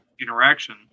interaction